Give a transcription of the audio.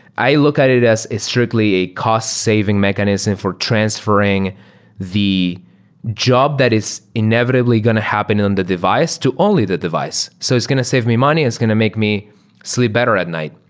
i look at it as strictly a cost-saving mechanism for transferring the job that is inevitably going to happen on the device to only the device. so it's going to save me money. it's going to make me sleep better at night.